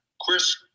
Chris